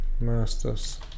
masters